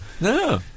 no